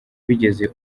bigeze